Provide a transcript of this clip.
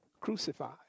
crucified